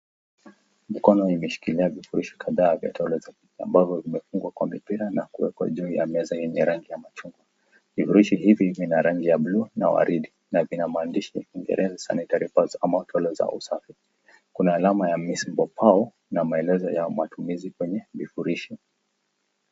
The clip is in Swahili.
Mkono imefungulia vifurushi kadhaa vyataulo vya kiti ambavyo vimefungwa kwa mipira na kuwekwa juu ya meza yenye rangi ya machungwa. Vifurushi hivi vina rangi ya blue na waridi na vina maandishi ya Kiingereza sanitary pads ama kilele za usafi. Kuna alama ya miss mbo pau na maelezo ya matumizi kwenye vifurushi.